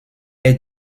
est